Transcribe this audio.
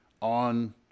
on